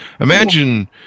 imagine